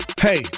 Hey